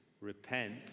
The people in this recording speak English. Repent